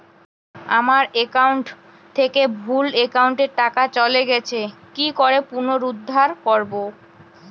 আমার একাউন্ট থেকে ভুল একাউন্টে টাকা চলে গেছে কি করে পুনরুদ্ধার করবো?